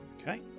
Okay